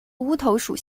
乌头属